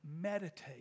Meditate